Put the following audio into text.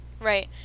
Right